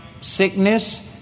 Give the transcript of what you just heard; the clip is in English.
sickness